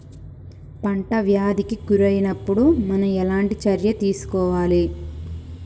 పంట వ్యాధి కి గురి అయినపుడు మనం ఎలాంటి చర్య తీసుకోవాలి?